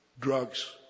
drugs